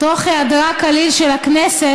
תוך היעדר כליל של הכנסת,